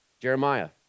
Jeremiah